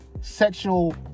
sexual